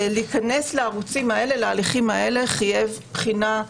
להיכנס להליכים הללו חייב בחינה,